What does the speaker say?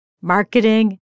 Marketing